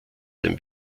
dem